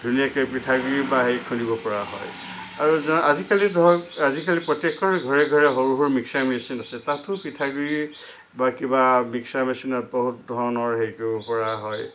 ধুনীয়াকৈ পিঠাগুড়ি বা হেৰি খুন্দিব পৰা হয় আৰু যা আজিকালি ধৰক আজিকালি প্ৰত্যেকখন ঘৰে ঘৰে সৰু সৰু মিক্সাৰ মেচিন আছে তাতো পিঠাগুড়ি বা কিবা মিক্সাৰ মেচিনত বহুত ধৰণৰ হেৰি কৰিব পৰা হয়